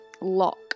lock